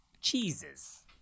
cheeses